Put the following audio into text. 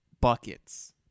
buckets